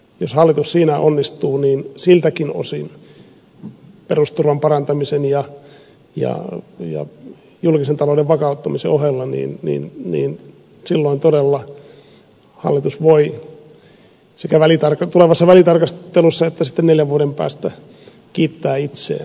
jos hallitus siinä onnistuu niin siltäkin osin perusturvan parantamisen ja julkisen talouden vakauttamisen ohella todella hallitus voi sekä tulevassa välitarkastelussa että sitten neljän vuoden päästä kiittää itseään